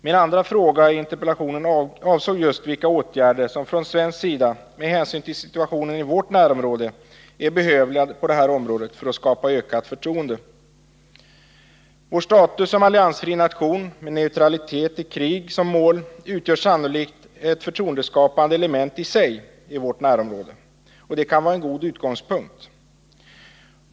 Min andra fråga i interpellationen avsåg just vilka åtgärder som från svensk sida — med hänsyn till situationen i vårt närområde — är behövliga på det här området för att skapa ökat förtroende. Vår status som alliansfri nation med neutralitet i krig som mål utgör sannolikt ett förtroendeskapande element i sig i vårt närområde. Det kan vara en god utgångspunkt.